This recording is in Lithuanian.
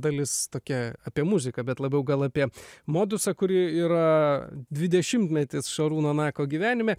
dalis tokia apie muziką bet labiau gal apie modusą kuri yra dvidešimtmetis šarūno nako gyvenime